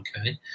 okay